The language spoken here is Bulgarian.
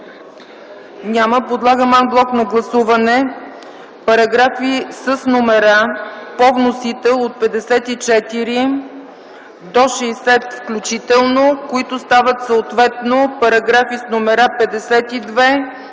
Няма. Подлагам ан блок на гласуване параграфи с номера по вносител от 54 до 60 включително, които стават съответно параграфи с номера от